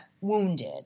wounded